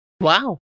Wow